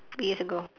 years ago